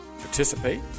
participate